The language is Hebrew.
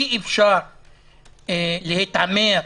אי אפשר להתעמר,